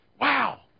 Wow